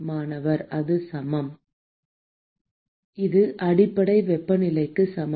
மாணவர் அது சமம் இது அடிப்படை வெப்பநிலைக்கு சமம்